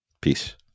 Peace